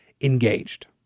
engaged